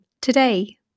today